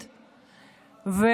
בראשותי.